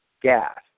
gas